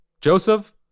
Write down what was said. Joseph